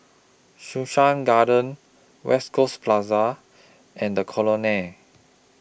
Sussex Garden West Coast Plaza and The Colonnade